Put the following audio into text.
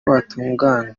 hatunganywa